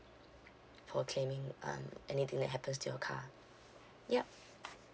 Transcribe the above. for claiming um anything that happens to your car yup